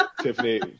Tiffany